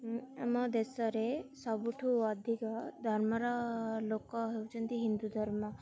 ଆମ ଦେଶରେ ସବୁଠୁ ଅଧିକ ଧର୍ମର ଲୋକ ହେଉଛନ୍ତି ହିନ୍ଦୁ ଧର୍ମ